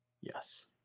Yes